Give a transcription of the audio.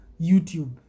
YouTube